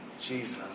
Jesus